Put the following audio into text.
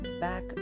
back